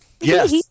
Yes